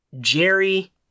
Jerry